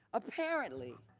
apparently,